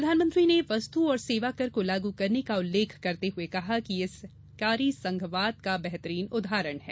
प्रधानमंत्री ने वस्तु और सेवा कर को लागू करने का उल्लेख करते हुए कहा कि यह सहकारी संघवाद का बेहतरीन उदाहरण है